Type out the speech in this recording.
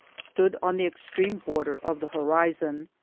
stood on the extreme border of the horizon.